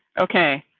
okay,